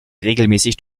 regelmäßig